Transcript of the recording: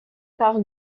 par